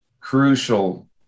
crucial